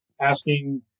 asking